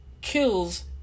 kills